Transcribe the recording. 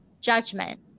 judgment